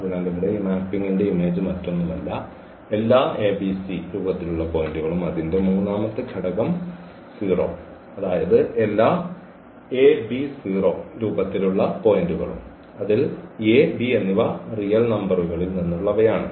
അതിനാൽ ഇവിടെ ഈ മാപ്പിംഗിന്റെ ഇമേജ് മറ്റൊന്നുമല്ല എല്ലാ പോയിന്റുകളും അതിന്റെ മൂന്നാമത്തെ ഘടകം 0 അതായത് എല്ലാ പോയിന്റുകളും അതിൽ എന്നിവ റിയൽ നമ്പറുകളിൽ നിന്നുള്ളവയാണ്